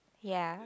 ya